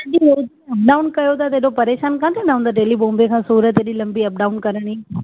एतिरो अबडाउन कयो था एॾो परेशानु कान थींदा हूंदा डेली बॉम्बे खां सूरत हेॾी अबडाउन करिणी